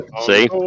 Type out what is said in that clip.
See